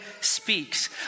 speaks